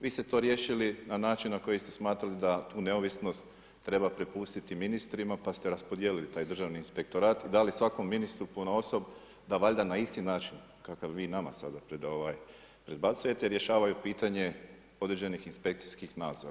Vi ste to riješili na način na koji ste smatrali da tu neovisnost treba prepustiti ministrima, pa ste raspodijelili taj državni inspektorat i dali svakom ministru ponaosob da valjda na isti način na kakav vi nama sada predbacujete rješavaju pitanje određenih inspekcijskih nadzora.